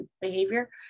behavior